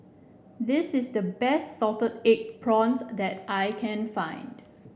this is the best Salted Egg Prawns that I can find